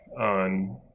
on